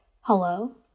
hello